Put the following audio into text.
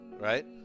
right